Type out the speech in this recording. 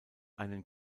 einen